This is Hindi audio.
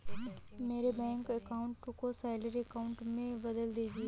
मेरे बैंक अकाउंट को सैलरी अकाउंट में बदल दीजिए